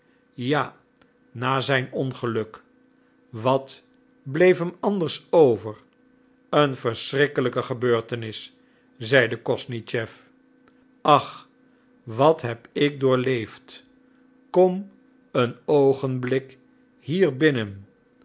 ja na zijn ongeluk wat bleef hem anders over een verschrikkelijke gebeurtenis zeide kosnischew ach wat heb ik doorleefd kom een oogenblik